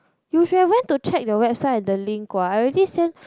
you should have went to check the website the link what I already sent